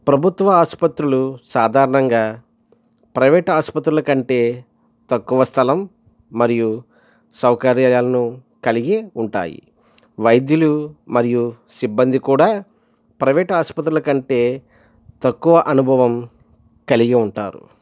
ప్రభుత్వ ఆసుపత్రులు సాధారణంగా ప్రైవేట్ ఆసుపత్రుల కంటే తక్కువ స్థలం మరియు సౌకర్యాలను కలిగి ఉంటాయి వైద్యులు మరియు సిబ్బంది కూడా ప్రైవేట్ ఆసుపత్రుల కంటే తక్కువ అనుభవం కలిగి ఉంటారు